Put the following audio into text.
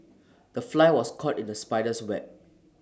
the fly was caught in the spider's web